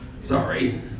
Sorry